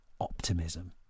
optimism